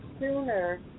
sooner